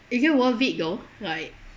is it worth it though like